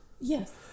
Yes